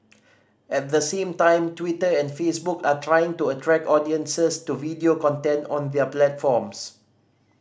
at the same time Twitter and Facebook are trying to attract audiences to video content on their platforms